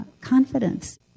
confidence